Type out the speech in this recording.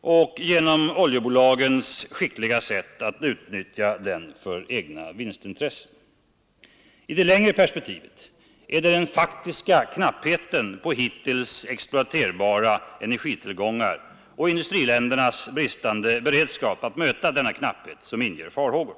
och genom oljebolagens skickliga sätt att utnyttja den för egna vinstintressen. I det längre perspektivet är det den faktiska knappheten på hittills exploaterbara energitillgångar och industriländernas bristande beredskap att möta denna knapphet som inger farhågor.